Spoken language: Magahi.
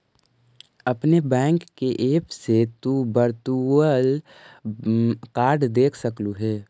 अपने बैंक के ऐप से तु वर्चुअल कार्ड देख सकलू हे